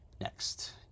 next